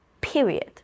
period